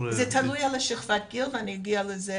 זה תלוי בשכבת הגיל ואגיע לזה